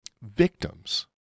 victims